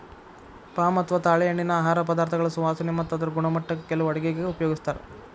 palm ಅಥವಾ ತಾಳೆಎಣ್ಣಿನಾ ಆಹಾರ ಪದಾರ್ಥಗಳ ಸುವಾಸನೆ ಮತ್ತ ಅದರ ಗುಣಮಟ್ಟಕ್ಕ ಕೆಲವು ಅಡುಗೆಗ ಉಪಯೋಗಿಸ್ತಾರ